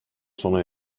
sona